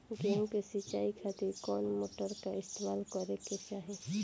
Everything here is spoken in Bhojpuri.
गेहूं के सिंचाई खातिर कौन मोटर का इस्तेमाल करे के चाहीं?